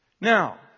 Now